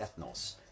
ethnos